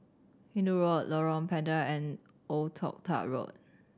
Hindoo Road Lorong Pendek and Old Toh Tuck Road